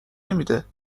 نمیده